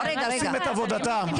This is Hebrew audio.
הם עושים את עבודתם,